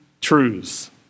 truths